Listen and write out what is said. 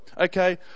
Okay